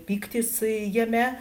pyktis jame